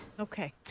Okay